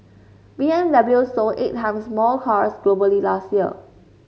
B M W sold eight times more cars globally last year